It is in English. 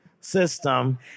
system